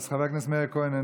אז חבר הכנסת מאיר כהן,